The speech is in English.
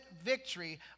victory